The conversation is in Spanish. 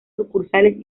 sucursales